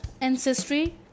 ancestry